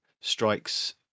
strikes